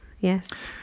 Yes